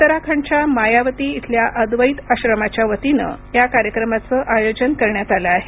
उत्तराखंडच्या मायावती इथल्या अद्वैत आश्रमाच्या वतीनं या कार्यक्रमाचं आयोजन करण्यात आलं आहे